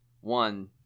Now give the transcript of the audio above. One